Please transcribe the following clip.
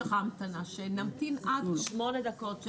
נמתין עד שמונה דקות.